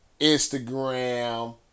Instagram